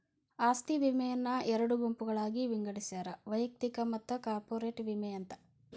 ಆಸ್ತಿ ವಿಮೆಯನ್ನ ಎರಡು ಗುಂಪುಗಳಾಗಿ ವಿಂಗಡಿಸ್ಯಾರ ವೈಯಕ್ತಿಕ ಮತ್ತ ಕಾರ್ಪೊರೇಟ್ ವಿಮೆ ಅಂತ